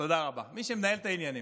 תודה רבה, מי שמנהל את העניינים.